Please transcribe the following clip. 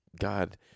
god